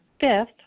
fifth